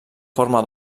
forma